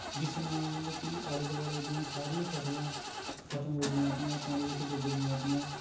ਜਿਸ ਨਾਲ ਕੀ ਆਲੇ ਦੁਆਲੇ ਦੀਆਂ ਸਾਰੀਆਂ ਫ਼ਸਲਾਂ ਖਤਮ ਹੋ ਗਈਆਂ ਤੀਆਂ ਪਾਣੀ ਵਿੱਚ ਡੁੱਬ ਗਈਆਂ ਤੀਆਂ